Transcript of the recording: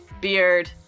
beard